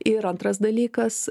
ir antras dalykas